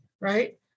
right